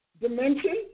dimension